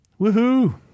Woohoo